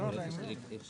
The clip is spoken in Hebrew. לאוכלוסייה הערבית והחרדית,